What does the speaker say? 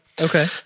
Okay